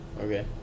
Okay